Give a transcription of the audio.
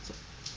so